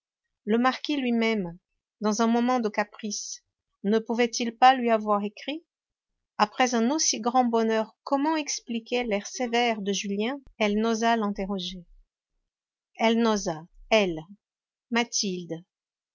le marquis lui-même dans un moment de caprice ne pouvait-il pas lui avoir écrit après un aussi grand bonheur comment expliquer l'air sévère de julien elle n'osa l'interroger elle n'osa elle mathilde